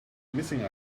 missing